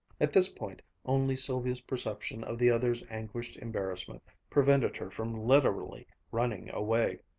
at this point only sylvia's perception of the other's anguished embarrassment prevented her from literally running away.